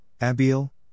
Abiel